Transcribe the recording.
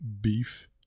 beef